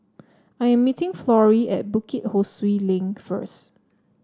I am meeting Florie at Bukit Ho Swee Link first